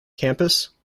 campus